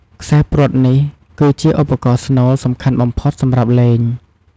ខ្សែព្រ័ត្រនេះគឺជា ឧបករណ៍ស្នូលសំខាន់បំផុតសម្រាប់លេង។